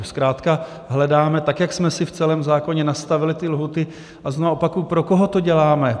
Zkrátka hledáme, tak jak jsme si v celém zákoně nastavili ty lhůty, a znovu opakuji, pro koho to děláme?